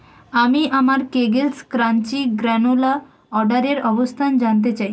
আমি আমার Kegels crunchy granola অর্ডারের অবস্থান জানতে চাই